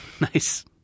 Nice